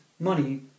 Money